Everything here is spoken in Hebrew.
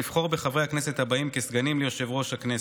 לבחור בחברי הכנסת הבאים כסגנים ליושב-ראש הכנסת: